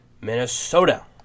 Minnesota